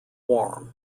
warm